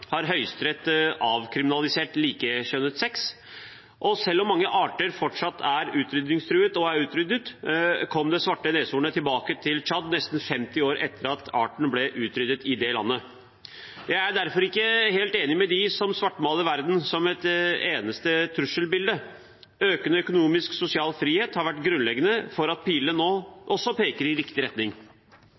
har høyesteretten avkriminalisert likekjønnet sex. Og selv om mange arter fortsatt er utrydningstruet eller utryddet, kom det svarte neshornet tilbake til Tsjad had nesten 50 år etter at arten ble utryddet i det landet. Jeg er derfor ikke helt enig med dem som svartmaler verden som et eneste trusselbilde. Økende økonomisk og sosial frihet har vært grunnleggende for at pilene nå peker i riktig retning.